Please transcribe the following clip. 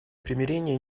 примирение